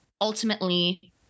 ultimately